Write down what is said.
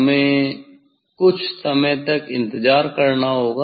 हमें कुछ समय तक इंतजार करना होगा